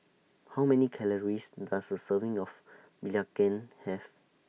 How Many Calories Does A Serving of Belacan Have